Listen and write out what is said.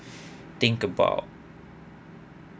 think about